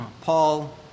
Paul